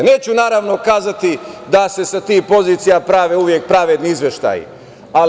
Neću naravno kazati da se sa tih pozicija prave uvek pravedni izveštaji.